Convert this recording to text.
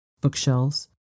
bookshelves